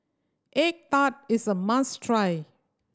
egg tart is a must try